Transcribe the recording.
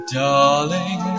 darling